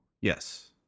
yes